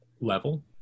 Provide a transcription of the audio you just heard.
level